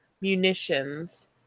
Munitions